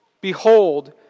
Behold